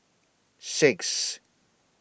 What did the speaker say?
six